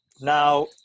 Now